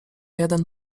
jeden